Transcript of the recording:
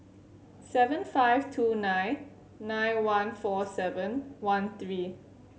seven five two nine nine one four seven one three